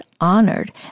honored